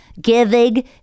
giving